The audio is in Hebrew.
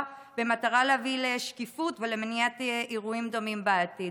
במטרה להביא לשקיפות ולמניעת אירועים דומים בעתיד?